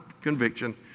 conviction